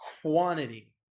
quantity